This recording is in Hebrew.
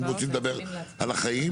אם רוצים לדבר על החיים.